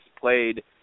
played